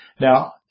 Now